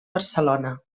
barcelona